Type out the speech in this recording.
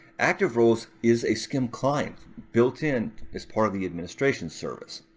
active roles is a scim client built in as part of the administration service.